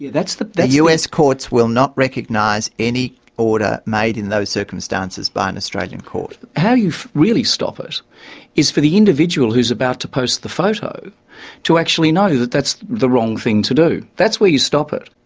the. that's the. the us courts will not recognise any order made in those circumstances by an australian court. how you really stop it is for the individual who's about to post the photo to actually know that that's the wrong thing to do. that's where you stop it.